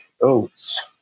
oats